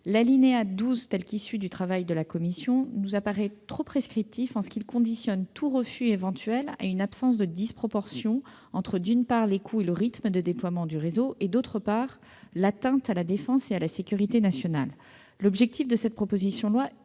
L'alinéa 12, tel qu'il est issu du travail de la commission, nous paraît trop prescriptif : il conditionne tout refus éventuel à une absence de disproportion entre, d'une part, le coût et le rythme de déploiement du réseau et, d'autre part, l'atteinte à la défense et à la sécurité nationales. Cette proposition de